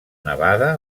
nevada